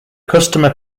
customer